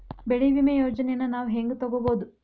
ಬೆಳಿ ವಿಮೆ ಯೋಜನೆನ ನಾವ್ ಹೆಂಗ್ ತೊಗೊಬೋದ್?